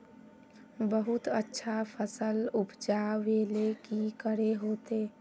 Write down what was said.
बहुत अच्छा फसल उपजावेले की करे होते?